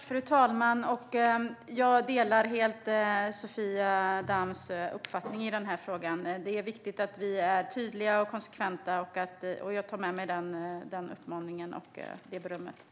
Fru talman! Jag delar helt Sofia Damms uppfattning i den här frågan. Det är viktigt att vi är tydliga och konsekventa. Jag tar med mig den uppmaningen och det berömmet.